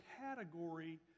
category